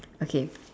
okay